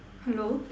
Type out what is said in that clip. hello